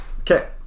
Okay